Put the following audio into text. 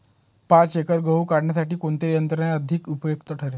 पाच एकर गहू काढणीसाठी कोणते यंत्र अधिक उपयुक्त ठरेल?